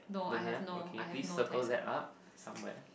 the nap okay please circle that up somewhere